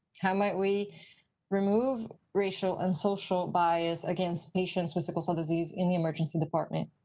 how might we remove racial and social bias against patients with sickle cell disease in the emergency department.